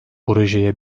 projeye